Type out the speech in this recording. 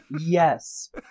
yes